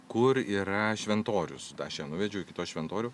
kur yra šventorius tada aš ją nuvedžiau iki to šventoriaus